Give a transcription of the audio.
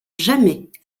jamais